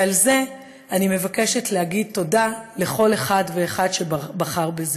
ועל זה אני מבקשת להגיד תודה לכל אחד ואחד שבחר בזה.